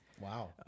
Wow